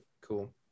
cool